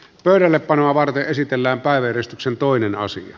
pöydällepanoa varten esitellään waiverista sen toinen asia